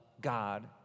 God